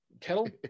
kettle